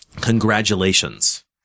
Congratulations